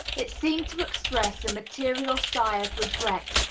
it seemed to express a material sigh of regret,